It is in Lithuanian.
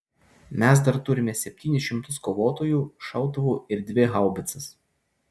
mes dar turime septynis šimtus kovotojų šautuvų ir dvi haubicas